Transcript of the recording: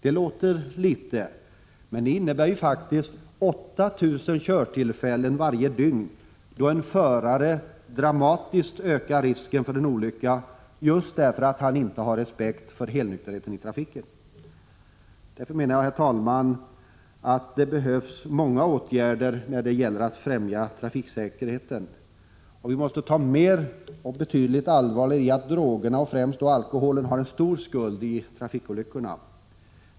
Det låter litet, men det innebär faktiskt 8 000 körtillfällen varje dygn, då dessa förare dramatiskt ökar risken för en olycka, just därför att han inte har respekt för helnykterhet i trafiken. Därför menar jag, herr talman, att det behövs många åtgärder för att främja trafiksäkerheten, och vi måste ta betydligt mer allvarligt på att drogerna och främst alkoholen har en stor skuld i trafikolyckorna.